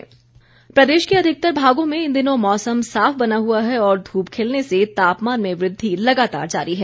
मौसम प्रदेश के अधिकतर भागों में इन दिनों मौसम साफ बना हुआ है और धूप खिलने से तापमान में वृद्धि लगातार जारी है